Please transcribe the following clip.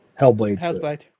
Hellblade